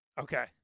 Okay